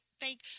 thank